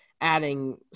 adding